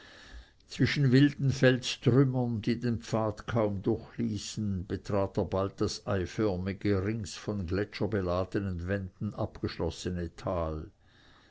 zwischen wilden felstrümmern die den pfad kaum durchließen betrat er bald das eiförmige rings von gletscherbeladenen wänden abgeschlossene tal